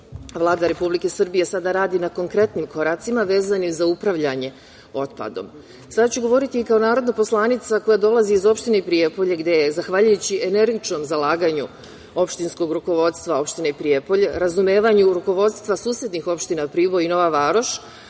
Vlada Republike Srbije sada radi na konkretnim koracima vezanim za upravljanje otpadom. Sada ću govoriti kao narodna poslanica koja dolazi iz opštine Prijepolje gde je zahvaljujući energičnom zalaganju opštinskog rukovodstva opštine Prijepolje, razumevanju rukovodstva susednih opština Priboj i Nova Varoš,